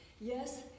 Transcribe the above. Yes